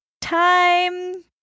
Time